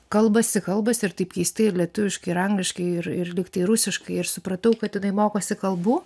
kalbasi kalbasi ir taip keistai ir lietuviškai ir angliškai ir ir lyg tai rusiškai ir supratau kad jinai mokosi kalbų